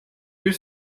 bir